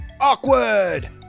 Awkward